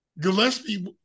Gillespie